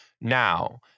Now